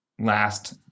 last